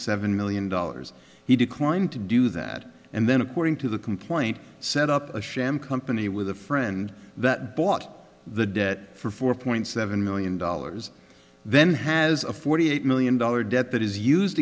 seven million dollars he declined to do that and then according to the complaint set up a sham company with a friend that bought the debt for four point seven million dollars then has a forty eight million dollar debt that is used